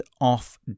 off